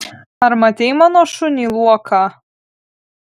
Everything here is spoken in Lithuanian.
ar matei mano šunį luoką